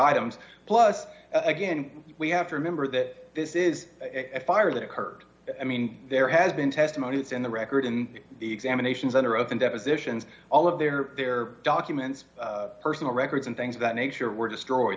items plus again we have to remember that this is a fire that occurred i mean there has been testimony that in the record in the examinations under oath in depositions all of their their documents personal records and things of that nature were destroyed